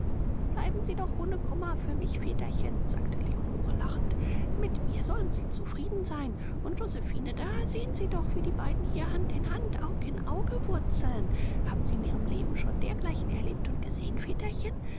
bleiben sie doch ohne kummer für mich väterchen sagte leonore lachend mit mir sollen sie zufrieden sein und josephine da sehen sie doch wie die beiden hier hand in hand aug in auge wurzeln haben sie in ihrem leben schon dergleichen erlebt und gesehen